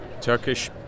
Turkish